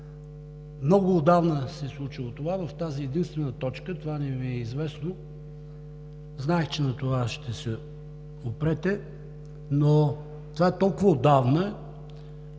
Много отдавна се е случило това в тази единствена точка. Знаех, че на това ще се опрете, но това е толкова отдавна,